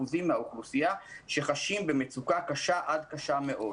מהאוכלוסייה שחשים במצוקה קשה עד קשה מאוד.